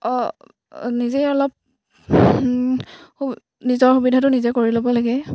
অঁ নিজেই অলপ নিজৰ সুবিধাটো নিজে কৰি ল'ব লাগে